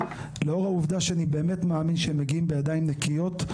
לאור העובדה שאני באמת מאמין שהם מגיעים בידיים נקיות,